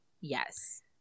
Yes